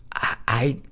i,